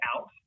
out